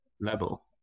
level